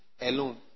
alone